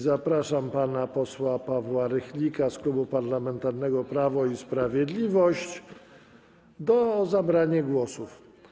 Zapraszam pana posła Pawła Rychlika z Klubu Parlamentarnego Prawo i Sprawiedliwość do zabrania głosu.